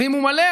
ואם הוא מלא,